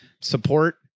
support